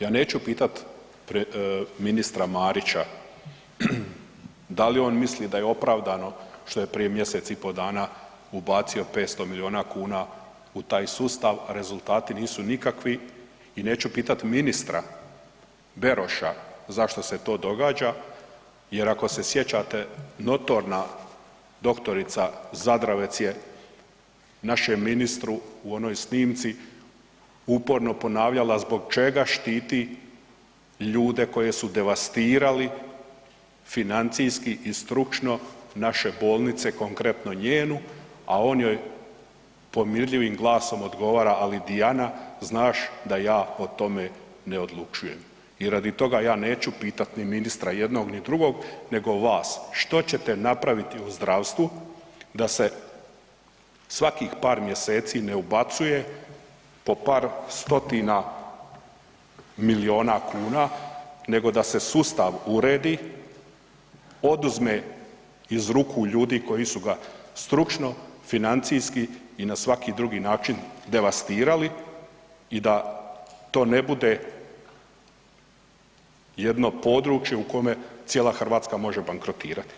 Ja neću pitat ministra Marića da li on misli da je opravdano što prije mj. i pol dana ubacio 500 milijuna kuna u taj sustav, rezultati nisu nikakvi i neću pitati ministra Beroša zašto se to događa jer ako se sjećate, notorna doktorica Zadravec je našem ministru u onoj snimci uporno ponavljala zbog čega štiti ljude koje su devastirali financijski i stručno naše bolnice konkretno njenu, a on joj pomirljivim glasom odgovara ali „Dijana, znaš da ja o tome ne odlučujem“ i radi toga ja neću pitati ministra jednog ni drugog nego vas, što ćete napraviti u zdravstvu da se svakih par mjeseci ne ubacuje po par stotina milijuna kuna nego da se sustav uredi, oduzme iz ruku ljudi koji su ga stručno, financijski i na svaki drugi način devastirali i da to ne bude jedno područje u kome cijela Hrvatska može bankrotirati?